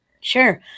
Sure